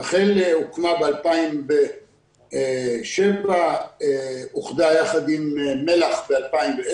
רח"ל הוקמה ב-2007, אוחדה עם מל"ח ב-2010.